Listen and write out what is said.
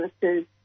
services